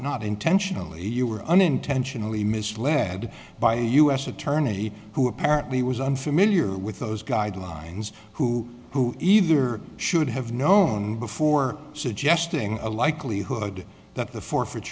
not intentionally you were unintentionally misled by a u s attorney who apparently was unfamiliar with those guidelines who who either should have known before suggesting a likelihood that the for